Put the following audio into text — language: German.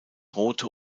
rote